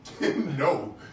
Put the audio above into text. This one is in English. no